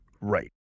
right